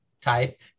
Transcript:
type